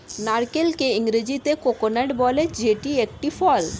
নারকেলকে ইংরেজিতে কোকোনাট বলে যেটি একটি ফল